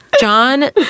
john